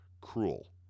cruel